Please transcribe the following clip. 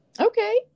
Okay